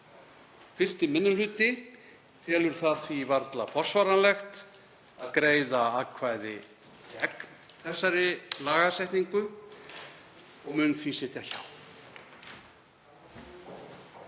1. minni hluti telur það því varla forsvaranlegt að greiða atkvæði gegn þessari lagasetningu og mun því sitja hjá.